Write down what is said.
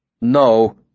No